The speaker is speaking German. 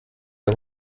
der